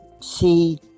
see